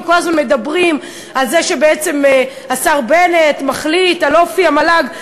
כי כל הזמן מדברים על זה שבעצם השר בנט מחליט על אופי המל"ג.